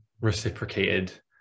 reciprocated